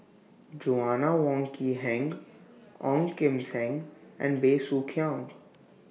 Joanna Wong Quee Heng Ong Kim Seng and Bey Soo Khiang